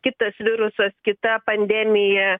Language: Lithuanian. kitas virusas kita pandemija